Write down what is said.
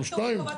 אתם שניים?